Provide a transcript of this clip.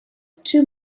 two